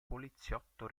poliziotto